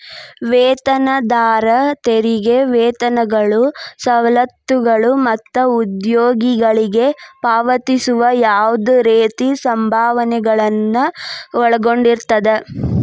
ವೇತನದಾರ ತೆರಿಗೆ ವೇತನಗಳು ಸವಲತ್ತುಗಳು ಮತ್ತ ಉದ್ಯೋಗಿಗಳಿಗೆ ಪಾವತಿಸುವ ಯಾವ್ದ್ ರೇತಿ ಸಂಭಾವನೆಗಳನ್ನ ಒಳಗೊಂಡಿರ್ತದ